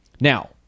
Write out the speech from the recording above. Now